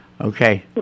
Okay